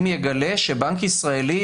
אם יגלה שבנק ישראלי,